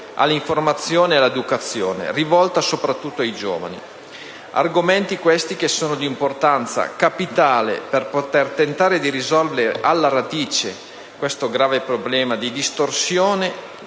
all'informazione e all'educazione rivolta soprattutto ai giovani. Sono questi argomenti di importanza capitale per poter tentare di risolvere alla radice questo grave problema di distorsione,